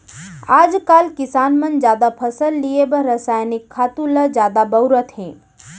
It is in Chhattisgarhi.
आजकाल किसान मन जादा फसल लिये बर रसायनिक खातू ल जादा बउरत हें